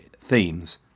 themes